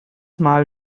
mal